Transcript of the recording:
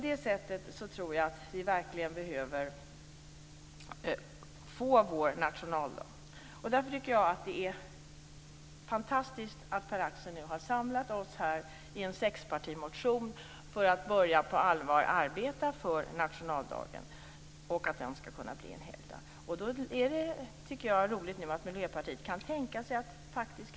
Jag tror därför att vi verkligen behöver få vår nationaldag. Det är därför fantastiskt att Pär-Axel nu har samlat oss i en sexpartimotion för att på allvar börja arbeta för nationaldagen och att den skall kunna bli en helgdag. Det är också roligt att Miljöpartiet kan tänka sig att ta ett steg.